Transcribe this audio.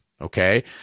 okay